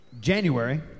January